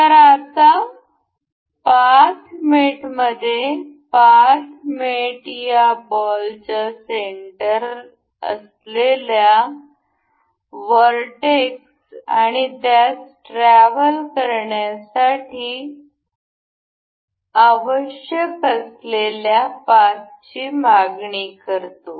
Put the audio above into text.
तर आता पाथ मेटमध्ये पाथ मेट या बॉलच्या सेंटर असलेल्या र्वरटॅक्स आणि त्यास ट्रॅव्हल करण्यासाठी आवश्यक असलेल्या पाथची मागणी करतो